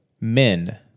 men